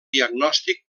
diagnòstic